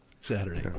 Saturday